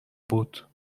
بود